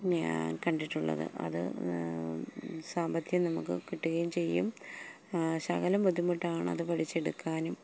ഞാൻ കണ്ടിട്ടുള്ളത് അത് സാമ്പത്തികം നമുക്ക് കിട്ടുകയും ചെയ്യും ശകലം ബുദ്ധിമുട്ടാണ് അത് പഠിച്ചെടുക്കാനും